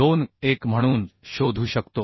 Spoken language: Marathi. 21 म्हणून शोधू शकतो